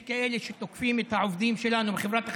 יש כאלה שתוקפים את העובדים שלנו בחברת החשמל,